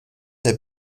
der